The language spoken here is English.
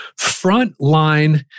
frontline